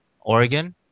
Oregon